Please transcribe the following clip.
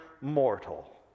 mortal